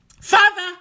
father